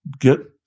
get